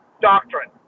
doctrine